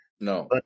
No